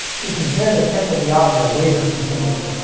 you can hear the pitch of the audio waver continuously.